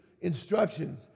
instructions